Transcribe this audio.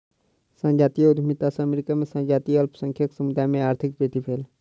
संजातीय उद्यमिता सॅ अमेरिका में संजातीय अल्पसंख्यक समुदाय में आर्थिक वृद्धि भेल